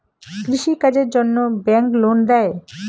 কৃষি কাজের জন্যে ব্যাংক লোন দেয়?